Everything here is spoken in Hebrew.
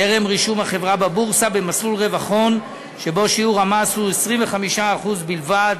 טרם רישום החברה בבורסה במסלול רווח הון שבו שיעור המס הוא 25% בלבד,